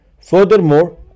Furthermore